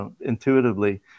intuitively